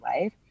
life